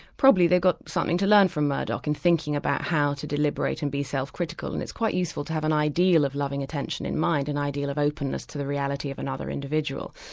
probably they've got something to learn from murdoch, in thinking about how to deliberate and be self critical, and it's quite useful to have an ideal of loving attention in mind an ideal of openness to the reality of another individual.